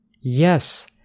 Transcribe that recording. Yes